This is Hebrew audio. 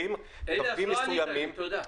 אליאס, לא ענית לי, תודה.